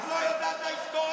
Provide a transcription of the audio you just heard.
את לא יודעת את ההיסטוריה,